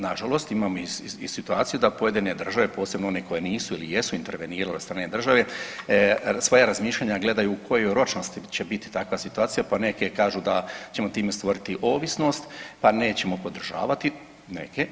Na žalost, imamo i situaciju da pojedine države posebno one koje nisu ili jesu intervenirale od strane države svoja razmišljanja gledaju u kojoj ročnosti će biti takva situacija, pa neke kažu da ćemo time stvoriti ovisnost pa nećemo podržavati, neke.